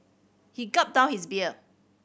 he gulped down his beer